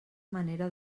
manera